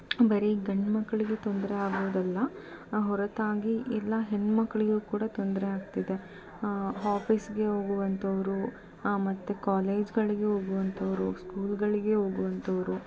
ಬರೀ ಗಂಡು ಮಕ್ಕಳಿಗೆ ತೊಂದರೆ ಆಗೋದಲ್ಲ ಹೊರತಾಗಿ ಎಲ್ಲ ಹೆಣ್ಣು ಮಕ್ಕಳಿಗೂ ಕೂಡ ತೊಂದರೆ ಆಗ್ತಿದೆ ಆಫೀಸ್ಗೆ ಹೋಗುವಂಥವರು ಮತ್ತು ಕಾಲೇಜ್ಗಳಿಗೆ ಹೋಗುವಂಥವರು ಸ್ಕೂಲ್ಗಳಿಗೆ ಹೋಗುವಂಥವರು